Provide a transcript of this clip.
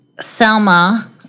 Selma